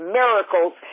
miracles